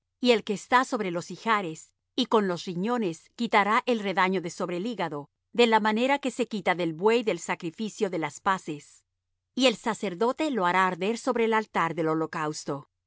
y el que está sobre los ijares y con los riñones quitará el redaño de sobre el hígado de la manera que se quita del buey del sacrificio de las paces y el sacerdote lo hará arder sobre el altar del holocausto